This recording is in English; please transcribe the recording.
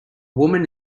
woman